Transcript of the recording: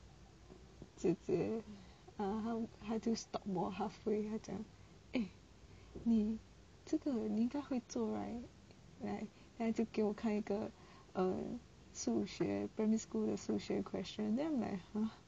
姐姐她就 stop 我 halfway 他讲 eh 你这个你应该会做 right like 他就给我看一个嗯数学 primary school 的数学 question then I'm like !huh!